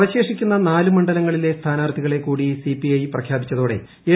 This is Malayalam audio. അവശേഷിക്കുന്ന നാല് മണ്ഡലങ്ങളിലെ സ്ഥാനാർത്ഥികളെ കൂടി സിപിഐ പ്രഖ്യാപിച്ചതോടെ എൽ